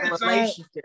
relationship